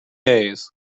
days